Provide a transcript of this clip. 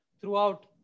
throughout